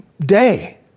day